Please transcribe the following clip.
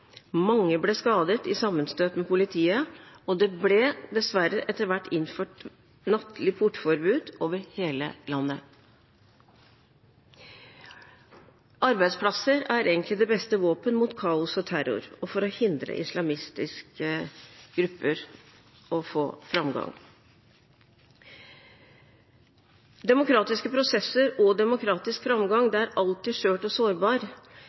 Mange ble skadet i sammenstøt med politiet, og det ble dessverre etter hvert innført nattlig portforbud over hele landet. Arbeidsplasser er egentlig det beste våpen mot kaos og terror og for å hindre islamistiske grupper i å få framgang. Demokratiske prosesser og demokratisk framgang er alltid skjørt og